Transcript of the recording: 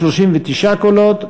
39 קולות,